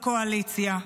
לקואליציה.